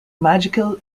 magical